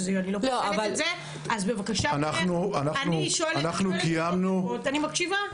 לכן אני מקשיבה.